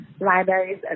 libraries